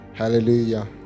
Hallelujah